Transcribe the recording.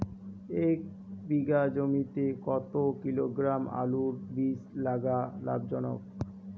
এক বিঘা জমিতে কতো কিলোগ্রাম আলুর বীজ লাগা লাভজনক?